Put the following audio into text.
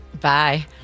Bye